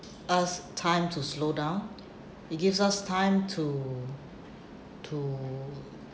us time to slow down it gives us time to to to